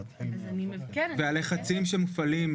והלחצים שמופעלים,